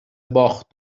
باخت